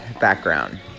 background